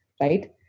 right